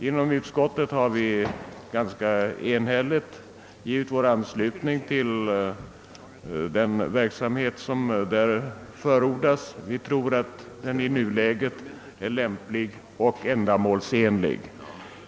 Inom utskottet har vi ganska enhälligt givit vår anslutning till den verksamhet som förordats i propositionen; vi tror att den i nuläget är lämplig och ändamålsenlig.